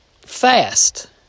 fast